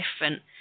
different